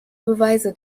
beweise